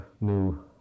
new